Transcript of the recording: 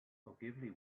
ogilvy